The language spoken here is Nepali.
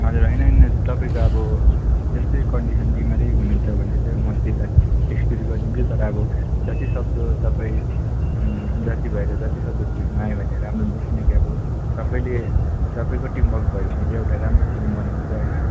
हजुर होइन होइन तपाईँको अब त्यस्तै कन्डिसन बिमारी हुनुहुन्छ भने चाहिँ म त्यसलाई एस्क्युज गर्दिन्छु तर अब जतिसक्दो तपाईँ जाती भएर जति सक्दो फिल्डमा आयो भने राम्रो हुन्छ किनकि अब सबैले सबैको टिम वर्क भयो भने चाहिँ एउटा राम्रो टिम बनिन्छ होइन